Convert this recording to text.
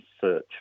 search